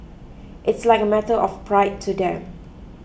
it's like a matter of pride to them